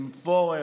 עם פורר,